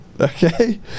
Okay